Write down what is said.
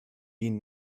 ihnen